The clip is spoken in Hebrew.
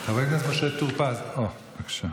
חבר הכנסת משה טור פז, בבקשה.